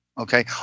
okay